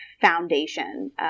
foundation